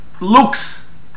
looks